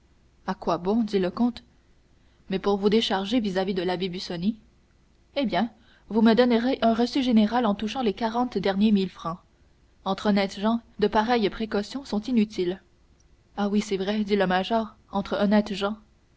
à quoi bon dit le comte mais pour vous décharger vis-à-vis de l'abbé busoni eh bien vous me donnerez un reçu général en touchant les quarante derniers mille francs entre honnêtes gens de pareilles précautions sont inutiles ah oui c'est vrai dit le major entre honnêtes gens